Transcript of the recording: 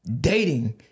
dating